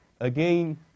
again